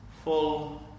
full